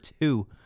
two